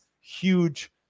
huge